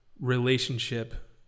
relationship